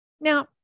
Now